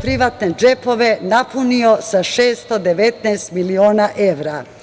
privatne džepove napunio sa 619 miliona evra.